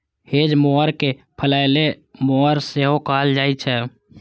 hedge mower कें फलैले mower सेहो कहल जाइ छै